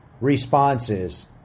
responses